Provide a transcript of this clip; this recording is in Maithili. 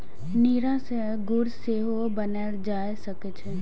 नीरा सं गुड़ सेहो बनाएल जा सकै छै